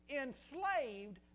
enslaved